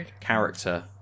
character